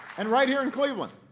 and right here in cleveland,